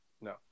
No